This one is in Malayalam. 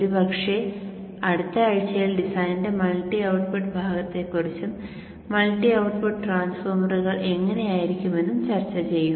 ഒരുപക്ഷേ അടുത്ത ആഴ്ചയിൽ ഡിസൈനിന്റെ മൾട്ടി ഔട്ട്പുട്ട് ഭാഗത്തെക്കുറിച്ചും മൾട്ടി ഔട്ട്പുട്ട് ട്രാൻസ്ഫോർമറുകൾ എങ്ങനെയായിരിക്കാമെന്നും ചർച്ച ചെയ്യും